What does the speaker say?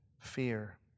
fear